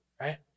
right